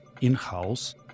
in-house